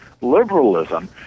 Liberalism